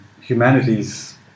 humanities